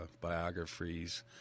biographies